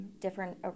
different